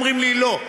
ואומרים לי: לא,